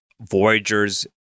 voyagers